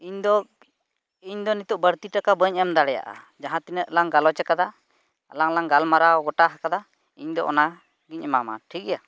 ᱤᱧᱫᱚ ᱤᱧᱫᱚ ᱱᱤᱛᱚᱜ ᱵᱟᱹᱲᱛᱤ ᱴᱟᱠᱟ ᱵᱟᱹᱧ ᱮᱢ ᱫᱟᱲᱮᱭᱟᱜᱼᱟ ᱡᱟᱦᱟᱸ ᱛᱤᱱᱟᱹᱜᱞᱟᱝ ᱜᱟᱞᱚᱪ ᱟᱠᱟᱫᱟ ᱟᱞᱟᱝᱞᱟᱝ ᱜᱟᱞᱢᱟᱨᱟᱣ ᱜᱚᱴᱟ ᱦᱟᱠᱟᱫᱟ ᱤᱧᱫᱚ ᱚᱱᱟᱜᱤᱧ ᱮᱢᱟᱢᱟ ᱴᱷᱤᱠ ᱜᱮᱭᱟ